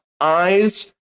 eyes